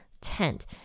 tent